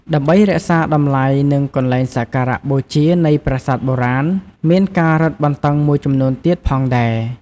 ដើម្បីរក្សាតម្លៃ និងកន្លែងសក្ការៈបូជានៃប្រាសាទបុរាណ មានការរឹតបន្តឹងមួយចំនួនទៀតផងដែរ។